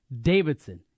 Davidson